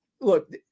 Look